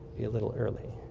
a little early